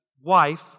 wife